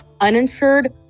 uninsured